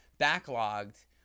backlogged